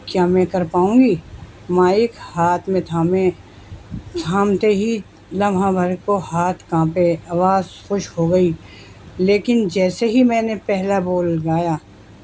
کیا میں کر پاؤں گی مائک ہاتھ میں تھامے تھامتے ہی لمحہ بھر کو ہاتھ کانپے آواز خوش ہو گئی لیکن جیسے ہی میں نے پہلا بول گایا